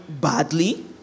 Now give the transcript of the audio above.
badly